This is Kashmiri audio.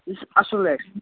یُس اَصٕل آسہِ